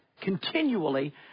continually